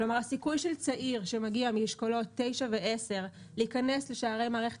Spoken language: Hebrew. כלומר הסיכוי של צעיר שמגיע מאשכולות 9 ו-10 להיכנס בשערי מערכת